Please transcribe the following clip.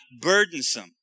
burdensome